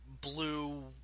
blue